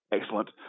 excellent